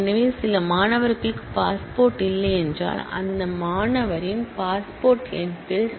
எனவே சில மாணவர்களுக்கு பாஸ்போர்ட் இல்லையென்றால் அந்த மாணவரின் பாஸ்போர்ட் எண் ஃபீல்ட் நல்